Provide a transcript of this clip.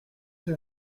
que